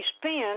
spend